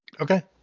Okay